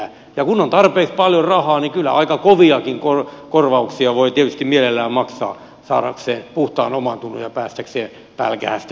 kun on tarpeeksi paljon rahaa niin kyllä aika koviakin korvauksia voi tietysti mielellään maksaa saadakseen puhtaan omantunnon ja päästäkseen pälkähästä